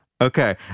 Okay